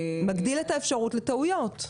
מגדיל את האפשרות לטעויות.